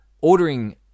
ordering